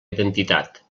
identitat